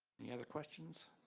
any other questions?